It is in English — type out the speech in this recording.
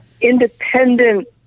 independent